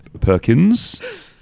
Perkins